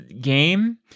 game